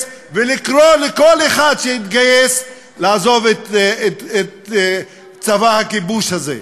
ולקרוא לכל אחד שהתגייס לעזוב את צבא הכיבוש הזה.